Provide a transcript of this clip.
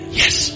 yes